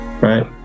Right